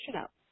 up